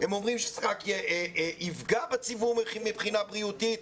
הם אומרים שזה רק יפגע בציבור מבחינה בריאותית.